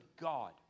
God